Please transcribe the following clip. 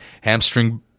hamstring